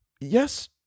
yes